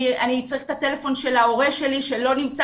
אני צריך את הטלפון של ההורה שלי שלא נמצא